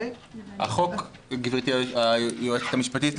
גברתי היועצת המשפטית,